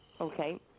Okay